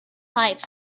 type